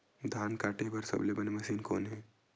धान काटे बार सबले बने मशीन कोन हे?